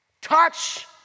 Touch